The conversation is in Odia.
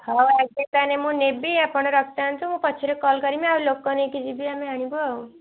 ହଉ ଆଜି ତାନେ ମୁଁ ନେବି ଆପଣ ରଖିଥାନ୍ତୁ ମୁଁ ପଛରେ କଲ କରିବି ଆଉ ଲୋକ ନେଇକି ଯିବି ଆମେ ଆଣିବୁ ଆଉ